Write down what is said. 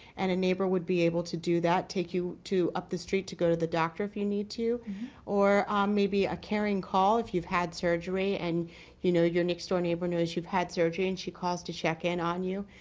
and a neighbor would be able to do that take you to up the street to go to the doctor if you need to or on maybe a caring call. if you've had surgery and he know your next door neighbor news you've had surgery and she calls to check in on you.